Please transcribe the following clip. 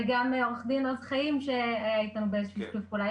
וגם עורך הדין עוז חיים שאיתנו באיזשהו שיתוף פעולה.